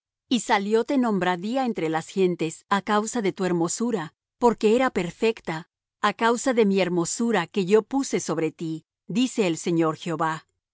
y salióte nombradía entre las gentes á causa de tu hermosura porque era perfecta á causa de mi hermosura que yo puse sobre ti dice el señor jehová